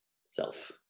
self